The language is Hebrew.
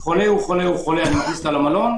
חולה הוא חולה אני מכניס אותו למלון,